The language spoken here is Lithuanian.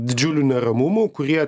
didžiulių neramumų kurie